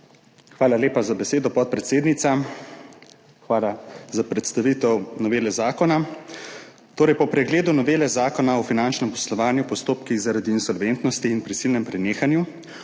Hvala lepa za besedo, podpredsednica. Hvala za predstavitev novele zakona. Po pregledu novele Zakona o finančnem poslovanju v postopkih zaradi insolventnosti in prisilnem prenehanju